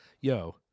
Yo